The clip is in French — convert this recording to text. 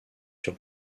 sur